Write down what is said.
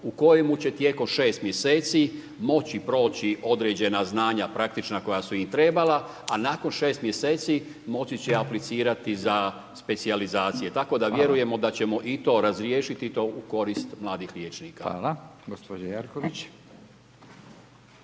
u kojem će tijekom 6 mj. moći proći određena znanja praktična koja su im trebala a nakon 6 mj. moći će aplicirati za specijalizacije tako da vjerujemo da ćemo i to razriješiti i to u korist mladih liječnika. **Radin, Furio